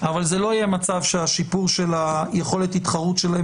אבל זה לא יהיה מצב שהשיפור של יכולת ההתחרות שלהן